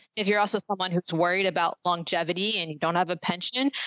if you're also someone who's worried about longevity and you don't have a pension,